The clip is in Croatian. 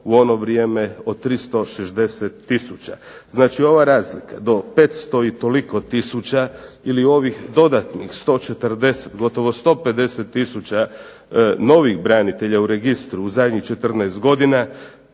u ono vrijeme od 360 tisuća. Znači, ova razlika do 500 i toliko tisuća, ili ovih dodatnih 140, gotovo 150 tisuća novih branitelja u registru u zadnjih 14 godina